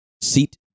seat